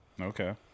Okay